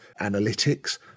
analytics